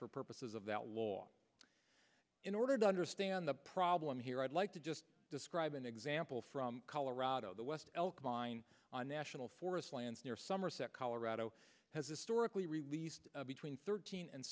for purposes of that law in order to understand the problem here i'd like to just describe an example from colorado the west elk mine on national forest lands near somerset colorado has historically released between thirteen and